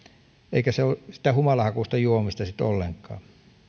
eikä se ole sitä humalanhakuista juomista sitten ollenkaan